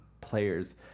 players